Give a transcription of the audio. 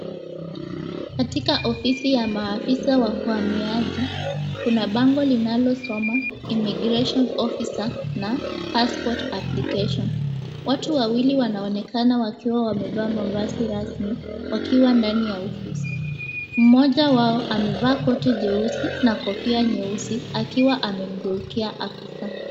Katika ofisi ya maafisa wa uhamiaji, kuna bango linalosoma, "Immigration Officer" na "Passport Application". Watu wawili wanaonekana wakiwa wamevaa mavazi rasmi wakiwa ndani ya ofisi. Mmoja wao amevaa kote jeusi na kofia nyeusi akiwa amemgeukia afisa.